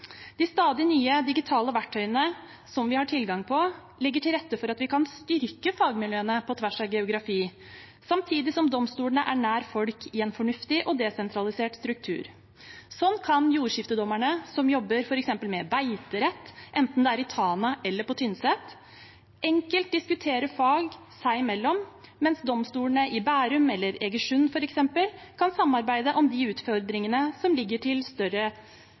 De stadig nye digitale verktøyene vi har tilgang på, legger til rette for at vi kan styrke fagmiljøene på tvers av geografi, samtidig som domstolene er nær folk i en fornuftig og desentralisert struktur. Sånn kan jordskiftedommere som jobber f.eks. med beiterett, enten det er i Tana eller på Tynset, enkelt diskutere fag seg imellom, mens domstolene i Bærum eller Egersund f.eks. kan samarbeide om de utfordringene som ligger til større